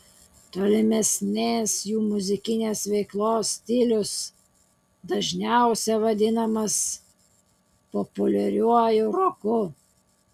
tolimesnės jų muzikinės veiklos stilius dažniausiai vadinamas populiariuoju roku